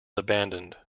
abandoned